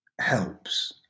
helps